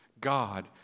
God